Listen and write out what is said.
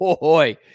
Boy